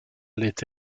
allait